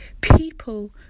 People